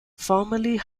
formerly